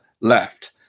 left